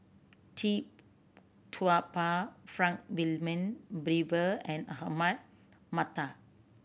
Tee Tua Ba Frank Wilmin Brewer and Ahmad Mattar